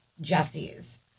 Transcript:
Jesse's